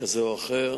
כזה או אחר.